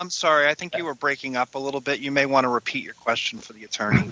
i'm sorry i think you were breaking up a little bit you may want to repeat your question for the attorney